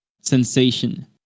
sensation